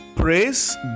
Praise